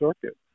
Circuit